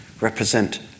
represent